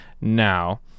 now